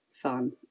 fun